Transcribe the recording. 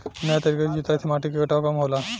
नया तरीका के जुताई से माटी के कटाव कम होला